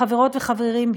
חברות וחברים,